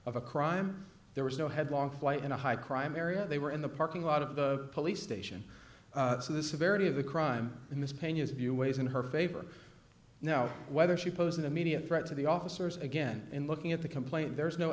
of a crime there was no headlong flight in a high crime area they were in the parking lot of the police station so the severity of the crime in this pena's view weighs in her favor now whether she posed an immediate threat to the officers again in looking at the complaint there's no